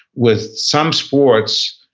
with some sports,